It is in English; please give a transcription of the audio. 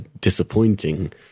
disappointing